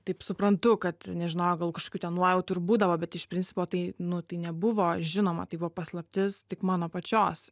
taip suprantu kad nežinojo gal kažkokių ten nuojautų ir būdavo bet iš principo tai nu tai nebuvo žinoma tai buvo paslaptis tik mano pačios